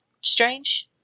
Strange